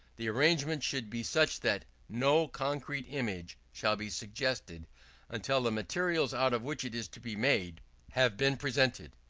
the arrangement should be such that no concrete image shall be suggested until the materials out of which it is to be made have been presented.